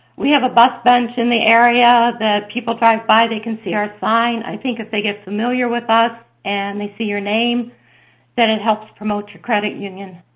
we have a bus bench in the area that people drive by. they can see our sign. i think if they get familiar with us and they see your name that it helps promote your credit union.